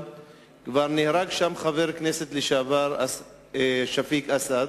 וכבר נהרג שם חבר הכנסת לשעבר שפיק אסעד,